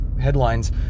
headlines